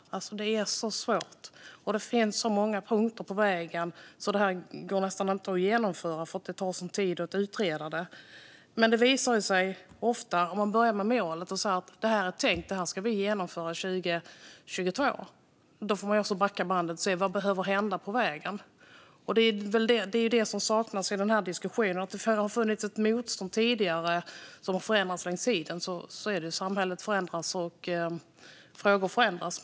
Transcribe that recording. Det är så svårt och det finns så många punkter på vägen att det nästan inte går att genomföra, för det tar sådan tid att utreda det. Men om man börjar med målet och säger att det här är tänkt att genomföras 2022 får man backa bandet och se vad som behöver hända på vägen. Det är det som saknas i den här diskussionen. Det har funnits ett motstånd tidigare, som har förändrats med tiden. Så är det: Samhället förändras, och frågor förändras.